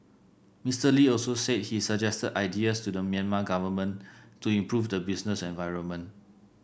Mr Lee also said he suggested ideas to the Myanmar government to improve the business environment